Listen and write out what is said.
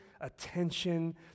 attention